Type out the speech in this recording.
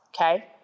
okay